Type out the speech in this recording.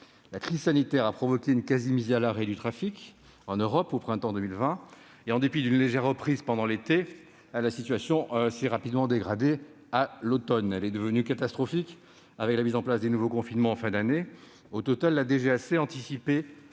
La crise sanitaire a entraîné une quasi-mise à l'arrêt du trafic aérien en Europe au printemps 2020. En dépit d'une légère reprise pendant l'été, la situation s'est rapidement dégradée à l'automne. Elle est devenue catastrophique avec la mise en place de nouveaux confinements en fin d'année. Au total, la DGAC anticipait